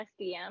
SDM